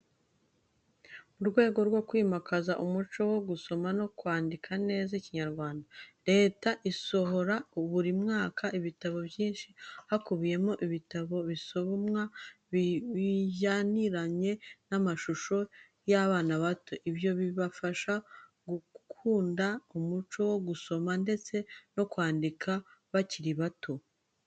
Mu rwego rwo kwimakaza umuco wo gusoma no kwandika neza Ikinyarwanda, Leta isohora buri mwaka ibitabo byinshi. Hakubiyemo ibitabo bisomwa bijyaniranye n'amashusho by'abana bato. Ibyo bibafasha gukunda umuco wo gusoma ndetse no kwandika bakiri bato.